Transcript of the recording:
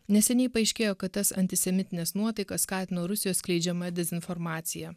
neseniai paaiškėjo kad tas antisemitines nuotaikas skatino rusijos skleidžiama dezinformacija